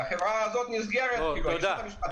והחברה הזאת נסגרת --- תודה.